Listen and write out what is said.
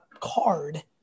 card